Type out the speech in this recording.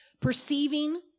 perceiving